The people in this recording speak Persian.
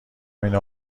اینو